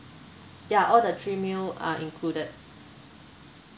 ya all the three meal are included